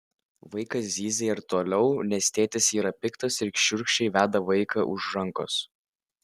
vaikas zyzia ir toliau nes tėtis yra piktas ir šiurkščiai veda vaiką už rankos